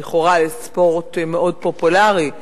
לכאורה לספורט מאוד פופולרי,